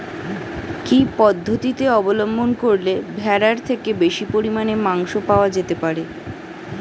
কি পদ্ধতিতে অবলম্বন করলে ভেড়ার থেকে বেশি পরিমাণে মাংস পাওয়া যেতে পারে?